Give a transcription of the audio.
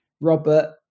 Robert